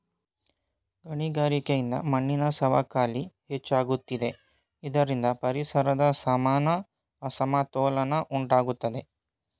ಗಣಿಗಾರಿಕೆಯಿಂದ ಮಣ್ಣಿನ ಸವಕಳಿ ಹೆಚ್ಚಾಗುತ್ತಿದೆ ಇದರಿಂದ ಪರಿಸರದ ಸಮಾನ ಅಸಮತೋಲನ ಉಂಟಾಗುತ್ತದೆ